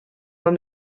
man